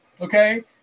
okay